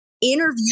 interview